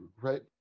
right